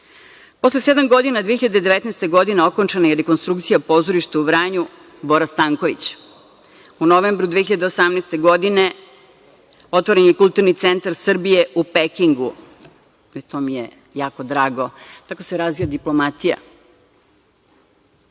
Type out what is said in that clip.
sedam godina 2019. godine okončana je rekonstrukcija pozorišta u Vranju „Bora Stanković“. U novembru 2018. godine otvoren je Kulturni centar Srbije u Pekingu. To mi je jako drago, tako se razvija diplomatija.